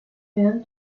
менен